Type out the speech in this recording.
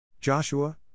Joshua